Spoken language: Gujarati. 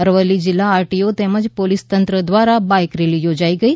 અરવલ્લી જિલ્લા આરટીઓ તેમજ પોલિસ તંત્ર દ્વારા બાઇક રેલી યોજાઈ ગઈ